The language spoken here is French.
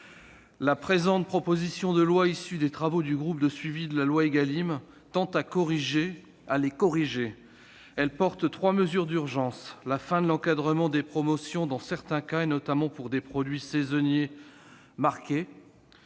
La présente proposition de loi résultant des travaux du groupe de suivi de la loi Égalim tend à corriger ces derniers. Elle comporte trois mesures d'urgence : la fin de l'encadrement des promotions dans certains cas, notamment pour des produits saisonniers marqués,